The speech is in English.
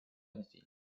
anything